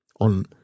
on